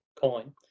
coin